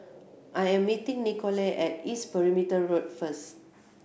I am meeting Nikole at East Perimeter Road first